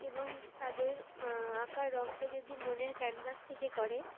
এবং তাদের আঁকার রঙটা যদি মনের ক্যানভাস থেকে করে